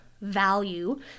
value